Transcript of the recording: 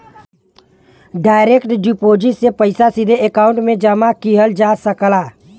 direct deposit से पइसा सीधे अकांउट में जमा किहल जा सकला